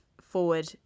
forward